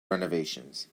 renovations